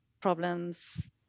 problems